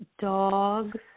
dogs